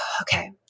okay